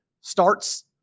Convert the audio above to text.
starts